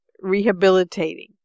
rehabilitating